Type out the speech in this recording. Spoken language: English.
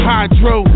Hydro